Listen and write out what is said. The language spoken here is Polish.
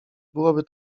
byłoby